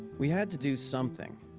we had to do something.